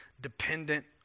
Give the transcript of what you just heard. dependent